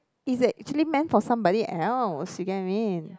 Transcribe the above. is actually meant for somebody else you get what I mean